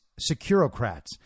securocrats